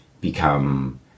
become